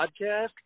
podcast